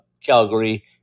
Calgary